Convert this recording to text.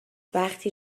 وقتی